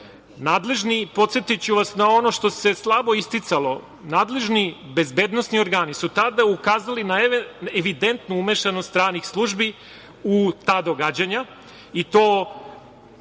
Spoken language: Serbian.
terorizma. Podsetiću vas na ono što se slabo isticalo. Nadležni bezbednosni organi su tada ukazali na evidentnu umešanost stranih službi u ta događanja. Možda